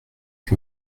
que